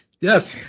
Yes